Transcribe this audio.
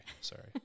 sorry